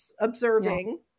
observing